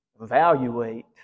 Evaluate